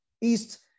East